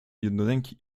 jednoręki